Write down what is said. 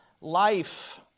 life